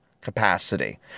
capacity